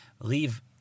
leave